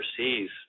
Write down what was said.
overseas